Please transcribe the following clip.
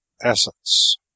essence